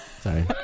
Sorry